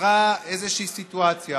נוצרה איזושהי סיטואציה